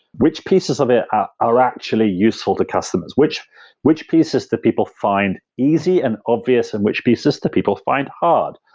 which pieces of it are actually useful to customers? which which pieces do people find easy and obvious, and which pieces to people find hard?